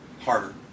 harder